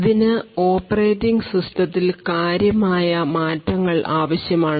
ഇതിന് ഓപ്പറേറ്റിംഗ് സിസ്റ്റത്തിൽ കാര്യമായ മാറ്റങ്ങൾ ആവശ്യമാണ്